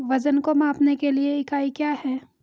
वजन को मापने के लिए इकाई क्या है?